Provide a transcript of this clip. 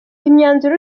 imyanzuro